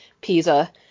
pizza